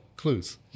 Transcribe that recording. Clues